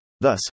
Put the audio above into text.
Thus